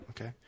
Okay